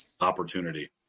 opportunity